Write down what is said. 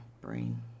brain